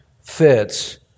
fits